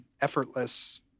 effortless